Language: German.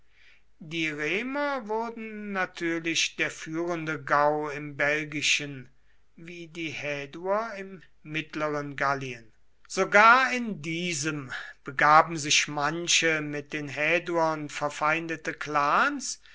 die remer wurden natürlich der führende gau im belgischen wie die häduer im mittleren gallien sogar in diesem begaben sich manche mit den häduern verfeindete clans